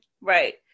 Right